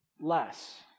less